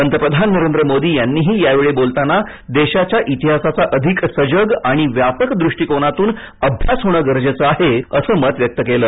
पंतप्रधान नरेंद्र मोदी यांनीही यावेळी बोलताना देशाच्या इतिहासाचा अधिक सजग आणि व्यापक दृष्टीकोनातून अभ्यास होणं गरजेचं आहे असं मत व्यक्त केलं